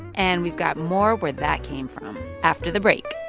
and we've got more where that came from after the break